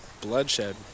Bloodshed